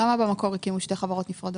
למה במקור הקימו שתי חברות נפרדות?